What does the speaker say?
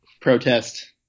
Protest